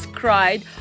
cried